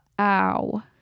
Ow